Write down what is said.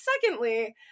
secondly